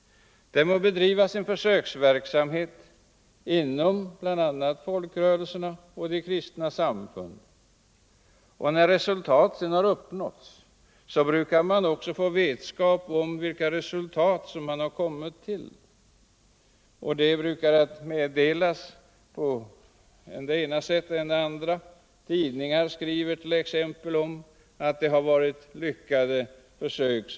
Det bedrivs en försöksverksamhet inom bl.a. folkrörelserna och de kristna samfunden. De resultat som uppnås brukar meddelas på olika sätt. I tidningar skrivs exempelvis att försöken varit lyckade.